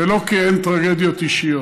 ולא כי אין טרגדיות אישיות,